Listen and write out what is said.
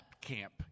camp